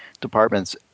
departments